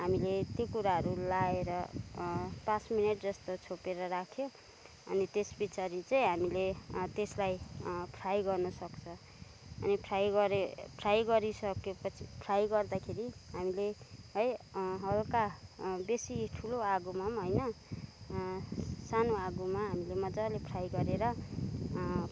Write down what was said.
हामीले त्यो कुराहरू लाएर पाँच मिनट जस्तो छोपेर राख्यो अनि त्यस पछाडि चाहिँ हामीले त्यसलाई फ्राई गर्नु सक्छ अनि फ्राई गरिसकेपछि फ्राई गर्दाखेरि हामीले हल्का बेसी ठुलो आगोमा पनि होइन सानो आगोमा हामीले मज्जाले फ्राई गरेर